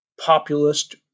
populist